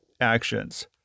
actions